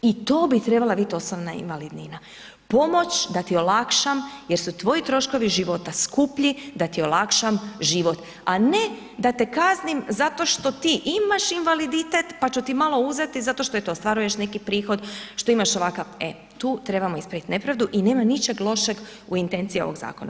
I to bi trebala biti osobna invalidnina, pomoć da ti olakšam jer su tvoji troškovi života skuplji, da ti olakšam život a ne da te kaznim zato što ti imaš invaliditet pa ću malo uzeti zato što eto ostvaruješ neki prihod, što imaš ovakav, e, tu trebamo ispraviti nepravdu i nema ničeg lošeg u intenciji ovog zakona.